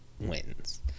wins